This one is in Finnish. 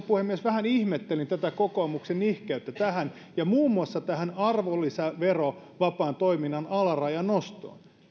puhemies vähän ihmettelin tätä kokoomuksen nihkeyttä tähän ja muun muassa tähän arvonlisäverovapaan toiminnan alarajan nostoon